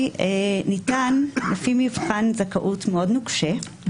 ניתן לפי מבחן זכאות נוקשה מאוד ובעייתי מאוד.